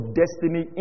destiny